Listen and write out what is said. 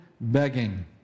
begging